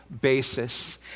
basis